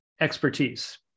expertise